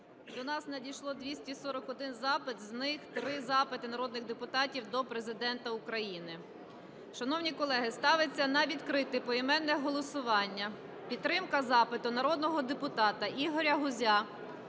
До нас надійшов 241 запит. З них три запити народних депутатів до Президента України. Шановні колеги, ставить на відкрите поіменне голосування підтримка запиту народного депутата Ігоря Гузя